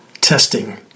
Testing